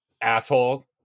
assholes